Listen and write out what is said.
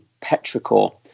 petrichor